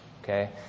okay